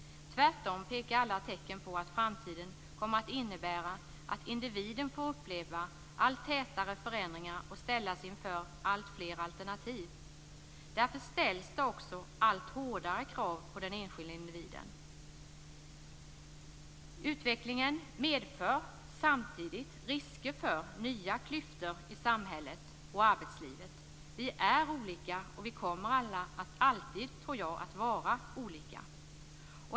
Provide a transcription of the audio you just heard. Tvärtom pekar alla tecken på att framtiden kommer att innebära att individen får uppleva allt tätare förändringar och ställas inför alltfler alternativ. Därför ställs det också allt hårdare krav på den enskilde individen. Utvecklingen medför samtidigt risker för nya klyftor i samhället och i arbetslivet. Vi är olika, och jag tror att vi alltid kommer att vara olika.